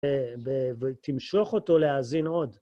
ותמשוך אותו להאזין עוד.